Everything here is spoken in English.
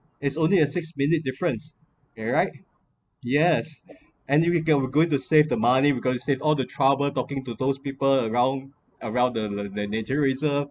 it's only a six minute difference alright yes and you’re get going to save the money because save all the trouble talking to those people around around the the nature reserved